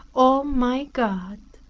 o my god.